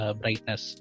brightness